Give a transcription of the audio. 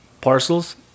parcels